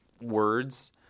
words